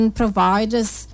providers